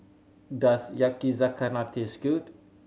does Yakizakana taste good